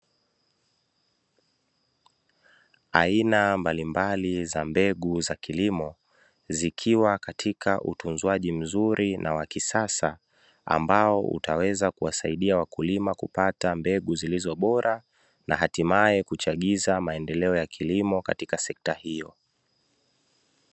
Aina mbalimbali za mbegu za kilimo zikiwa katika utunzwaji mzuri na wakisasa, ambao utaweza kuwasaidia wakulima kupata mbegu zilizo bora na hatimae kuchagiza maendeleo ya kilimo katika sekta hiyo.